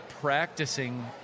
practicing